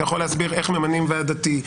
אתה יכול להסביר איך ממנים ועד דתי,